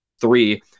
three